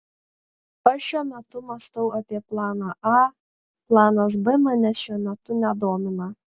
aš šiuo metu mąstau apie planą a planas b manęs šiuo metu nedomina